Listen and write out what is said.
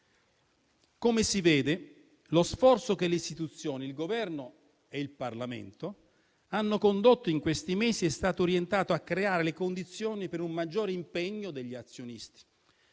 Come si vede, lo sforzo che le istituzioni (il Governo e il Parlamento) hanno condotto in questi mesi è stato orientato a creare le condizioni per un maggiore impegno degli azionisti,